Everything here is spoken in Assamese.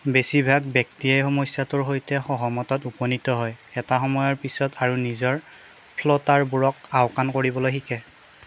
বেছিভাগ ব্যক্তিয়েই সমস্যাটোৰ সৈতে সহমতত উপনীত হয় এটা সময়ৰ পিছত আৰু নিজৰ ফ্ল'টাৰবোৰক আওকাণ কৰিবলৈ শিকে